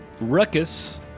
Ruckus